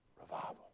revival